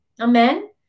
amen